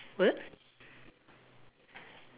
what